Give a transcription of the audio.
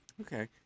Okay